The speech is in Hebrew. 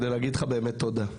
כדי להגיד לך באמת תודה.